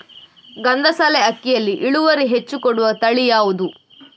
ಗಂಧಸಾಲೆ ಅಕ್ಕಿಯಲ್ಲಿ ಇಳುವರಿ ಹೆಚ್ಚು ಕೊಡುವ ತಳಿ ಯಾವುದು?